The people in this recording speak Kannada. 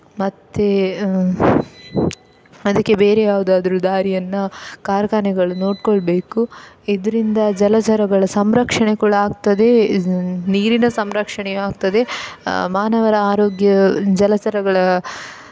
ಮತ್ತೆ ಅದಕ್ಕೆ ಬೇರೆ ಯಾವುದಾದ್ರು ದಾರಿಯನ್ನು ಕಾರ್ಖಾನೆಗಳು ನೋಡ್ಕೊಳ್ಬೇಕು ಇದರಿಂದ ಜಲಚರಗಳ ಸಂರಕ್ಷಣೆ ಕೂಡ ಆಗ್ತದೆ ನೀರಿನ ಸಂರಕ್ಷಣೆಯು ಆಗ್ತದೆ ಮಾನವರ ಆರೋಗ್ಯ ಜಲಚರಗಳ